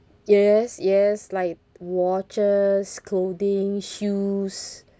yes yes like watches clothing shoes